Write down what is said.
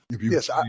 yes